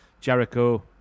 Jericho